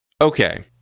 Okay